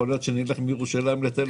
יכול להיות שנלך מירושלים לתל אביב.